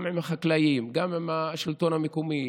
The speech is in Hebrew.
גם עם החקלאים, גם עם השלטון המקומי,